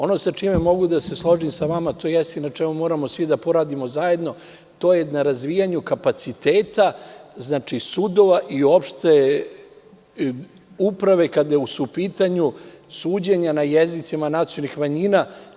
Ono sa čime mogu da se složim sa vama, to jeste i na čemu moramo svi da poradimo zajedno, to je na razvijanju kapaciteta sudova i uopšte uprave kada su u pitanju suđenja na jezicima nacionalnih manjina.